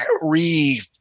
re